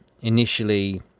Initially